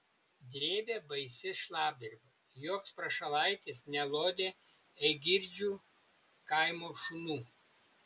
drėbė baisi šlapdriba joks prašalaitis nelodė eigirdžių kaimo šunų